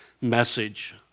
message